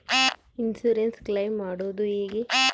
Insurance claim ಮಾಡದು ಹೆಂಗೆ?